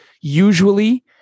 Usually